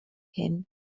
hyn